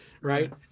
Right